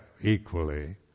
equally